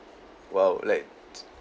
!wow! like